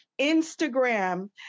Instagram